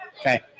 Okay